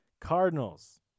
Cardinals